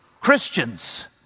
Christians